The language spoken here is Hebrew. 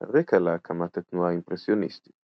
הרקע להקמת התנועה האימפרסיוניסטית